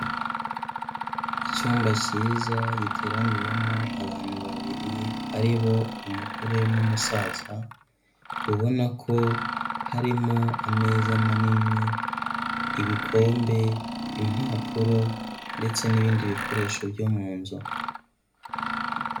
Icyumba cyiza giteraniyemo abantu babiri ari bo umugore n'umusaza ubona ko harimo ameza manini, ibikombe, impapuro ndetse n'ibindi bikoresho byo mu nzu.